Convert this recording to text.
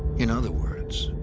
in other words,